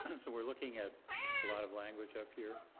and so we're looking at a lot of language up here.